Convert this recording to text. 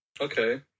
Okay